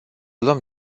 luăm